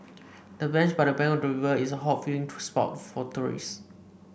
the bench by the bank of the river is a hot viewing spot for tourists